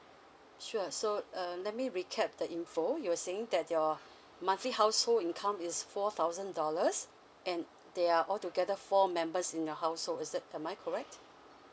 sure so um let me recap the info you were saying that your monthly household income is four thousand dollars and they are all together four members in your household is it am I correct